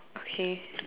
okay